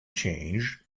change